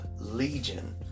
legion